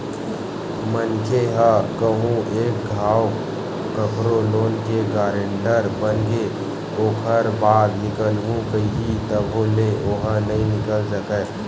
मनखे ह कहूँ एक घांव कखरो लोन के गारेंटर बनगे ओखर बाद निकलहूँ कइही तभो ले ओहा नइ निकल सकय